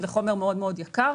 זהו חומר מאוד מאוד יקר,